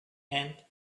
and